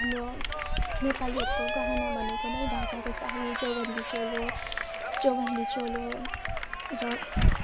हाम्रो नेपालीहरूको गहना भनेको नै ढाकाको साडी चौबन्दी चोलो चौबन्दी चोलो र